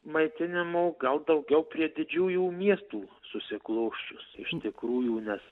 maitinimo gal daugiau prie didžiųjų miestų susiklosčius iš tikrųjų nes